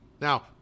Now